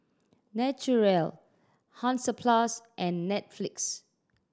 Naturel Hansaplast and Netflix